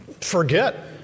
forget